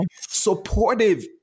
supportive